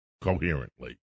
coherently